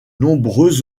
nombreux